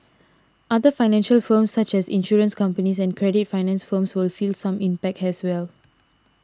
other financial firms such as insurance companies and credit finance firms will feel some impact as well